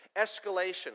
Escalation